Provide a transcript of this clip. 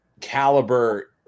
caliber